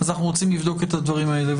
אנחנו רוצים לבדוק את הדברים האלה,